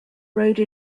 rode